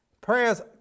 prayers